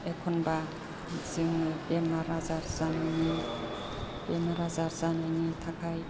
एखनबा जोङो बेमार आजार जानायनि थाखाय